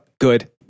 good